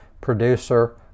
producer